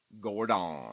Gordon